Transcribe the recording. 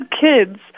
kids